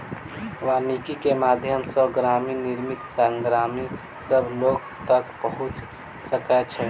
वानिकी के माध्यम सॅ ग्रामीण निर्मित सामग्री सभ लोक तक पहुँच सकै छै